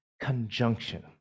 conjunction